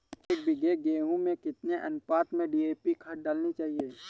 एक बीघे गेहूँ में कितनी अनुपात में डी.ए.पी खाद डालनी चाहिए?